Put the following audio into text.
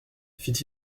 fit